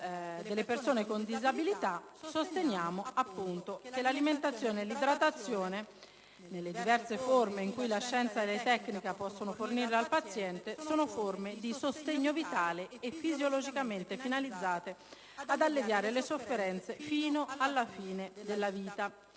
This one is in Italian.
delle persone con disabilità, sosteniamo appunto che l'idratazione e l'alimentazione artificiali, nelle diverse forme in cui la scienza e la tecnica possono fornirle al paziente, sono forme di sostegno vitale, fisiologicamente finalizzate ad alleviare le sofferenze fino alla fine della vita